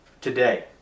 today